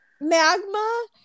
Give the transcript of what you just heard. Magma